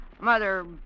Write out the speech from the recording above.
Mother